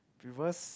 previous